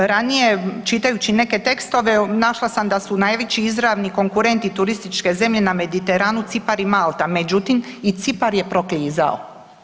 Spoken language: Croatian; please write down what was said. Ranije čitajući neke tekstove našla sam da su najveći izravni konkurenti turističke zemlje na Mediteranu Cipar i Malta, međutim i Cipar je proklizao.